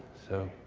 so